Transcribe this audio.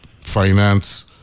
finance